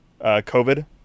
COVID